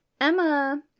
Emma